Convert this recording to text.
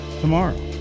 tomorrow